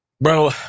bro